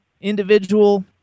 individual